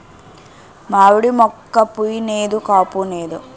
మావిడి మోక్క పుయ్ నేదు కాపూనేదు